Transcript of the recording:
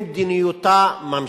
במדיניותה ממשיכה.